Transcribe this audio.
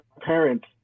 parents